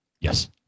Yes